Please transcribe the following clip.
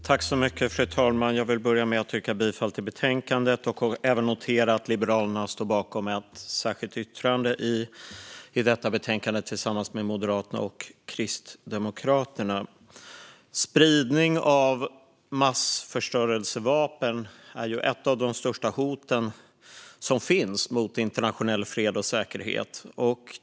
Fru talman! Jag vill börja med att yrka bifall till utskottets förslag i betänkandet, och jag noterar även att Liberalerna står bakom ett särskilt yttrande i betänkandet tillsammans med Moderaterna och Kristdemokraterna. Spridning av massförstörelsevapen är ett av de största hot som finns mot internationell fred och säkerhet.